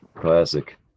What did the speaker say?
Classic